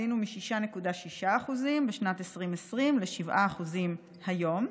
עלינו מ-6.6% בשנת 2020 ל-7% היום.